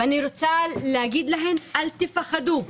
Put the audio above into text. אני רוצה להגיד להן לא לפחד,